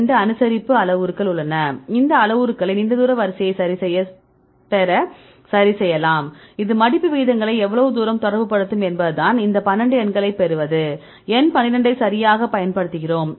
2 அனுசரிப்பு அளவுருக்கள் உள்ளன இந்த அளவுருக்களை நீண்ட தூர வரிசையைப் பெற சரிசெய்யலாம் இது மடிப்பு விகிதங்களை எவ்வளவு தூரம் தொடர்புபடுத்தும் என்பதுதான் 12 எண்களைப் பெறுவது எண் 12 ஐ சரியாகப் பயன்படுத்துகிறோம்